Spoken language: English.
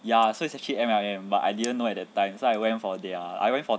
ya so it's actually M_L_M but I didn't know at that time so I went for their I went for